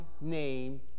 name